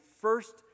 first